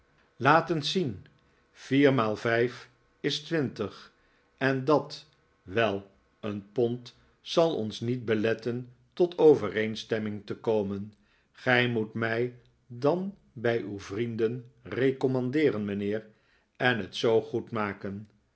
eens zien viermaal vijf is twintig en dat wel een pond zal ons niet beletten tot overeenstemming te komen gij moet mij dan bij uw vrienden recommandeeren mijnheer en het zoo